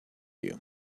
you